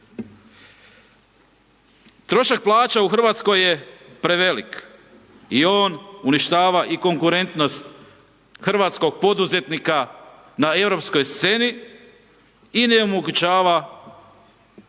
Trošak plaća u Hrvatskoj je prevelik i on uništava i konkurentnost hrvatskog poduzetnika na europskoj sceni i ne omogućava poduzetnicima